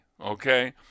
okay